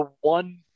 one